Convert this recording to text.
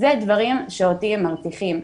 אלה דברים שאותי הם מרתיחים.